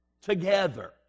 together